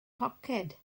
poced